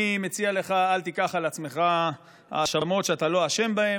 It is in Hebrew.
אני מציע לך: אל תיקח על עצמך האשמות שאתה לא אשם בהן.